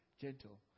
gentle